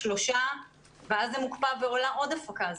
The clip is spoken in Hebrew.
שלושה ואז מוקפא ועולה עוד הפקה.